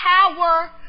power